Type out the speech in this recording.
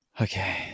Okay